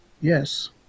Yes